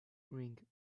ring